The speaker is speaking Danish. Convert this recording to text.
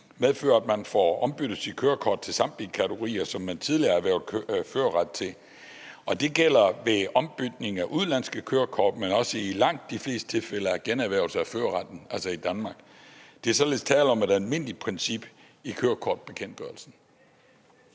medfører, at man får ombyttet sit kørekort til samtlige kategorier, som man tidligere har erhvervet førerret til. Det gælder ved ombytning af udenlandske kørekort, men også i langt de fleste tilfælde ved generhvervelse af førerretten, altså i Danmark. Der er således tale om et almindeligt princip i kørekortbekendtgørelsen.